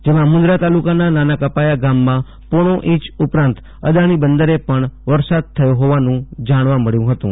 જેમાં મુન્દ્રા તાલુકાના નાના કપાયા ગામમાં પોણો ઇંચ ઉપરાંત અદાણી બંદરે પણ વરસાદ થયો ફોવાનું જાણવા મબ્યું ફતું